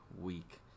week